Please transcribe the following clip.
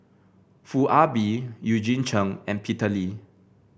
Foo Ah Bee Eugene Chen and Peter Lee